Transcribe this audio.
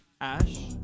Ash